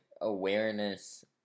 awareness